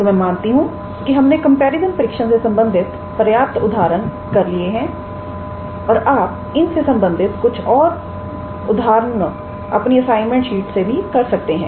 तो मैं मानती हूं कि हमने कंपैरिजन परीक्षण से संबंधित पर्याप्त उदाहरण कर लिए है और आप इन से संबंधित कुछ और उदाहरण अपनी असाइनमेंट में भी कर सकते हैं